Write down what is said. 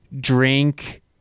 drink